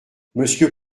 monsieur